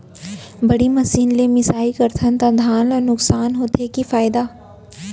बड़ी मशीन ले मिसाई करथन त धान ल नुकसान होथे की फायदा होथे?